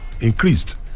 increased